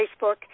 Facebook